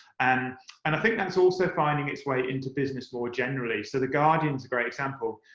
and and i think that's also finding its way into business more generally. so the guardian's a great example.